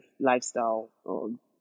lifestyle